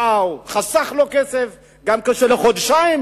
שהוא חסך לו כסף גם לחודשיים